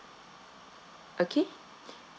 okay